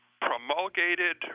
promulgated